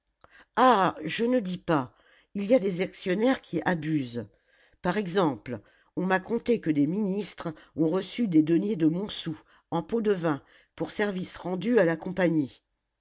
ah je ne dis pas il y a des actionnaires qui abusent par exemple on m'a conté que des ministres ont reçu des deniers de montsou en pot de vin pour services rendus à la compagnie